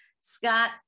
Scott